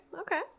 okay